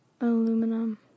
aluminum